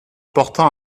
portant